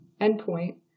endpoint